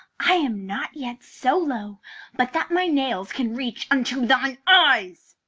i am not yet so low but that my nails can reach unto thine eyes.